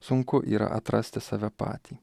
sunku yra atrasti save patį